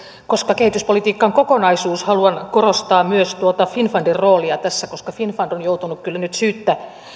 koska kehityspolitiikka on kokonaisuus haluan korostaa myös finnfundin roolia tässä koska finnfund on kyllä nyt joutunut syyttä